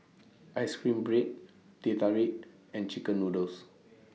Ice Cream Bread Teh Tarik and Chicken Noodles